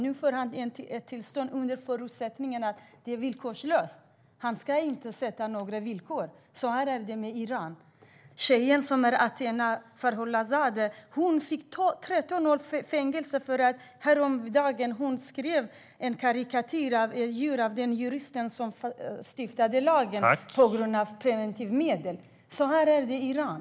Nu får han ett tillstånd under förutsättning att han inte ställer några villkor. Atena Farghadani fick 13 års fängelse för att hon gjorde djurkarikatyrer av dem som stiftade lagen om preventivmedel. Så är det i Iran.